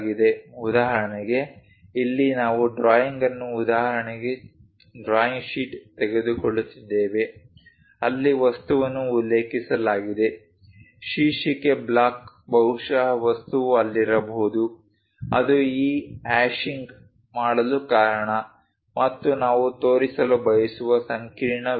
ಉದಾಹರಣೆಗೆ ಇಲ್ಲಿ ನಾವು ಡ್ರಾಯಿಂಗ್ ಅನ್ನು ಉದಾಹರಣೆಗೆ ಡ್ರಾಯಿಂಗ್ ಶೀಟ್ ತೆಗೆದುಕೊಳ್ಳುತ್ತಿದ್ದೇವೆ ಅಲ್ಲಿ ವಸ್ತುವನ್ನು ಉಲ್ಲೇಖಿಸಲಾಗಿದೆ ಶೀರ್ಷಿಕೆ ಬ್ಲಾಕ್ ಬಹುಶಃ ವಸ್ತುವು ಅಲ್ಲಿರಬಹುದು ಅದು ಈ ಹ್ಯಾಶಿಂಗ್ ಮಾಡಲು ಕಾರಣ ಮತ್ತು ನಾವು ತೋರಿಸಲು ಬಯಸುವ ಸಂಕೀರ್ಣ ವಿವರಗಳು